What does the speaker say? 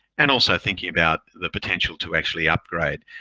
and also thinking about the potential to actually upgrade.